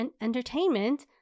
entertainment